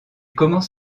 commence